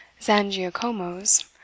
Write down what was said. Zangiacomos